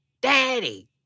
Daddy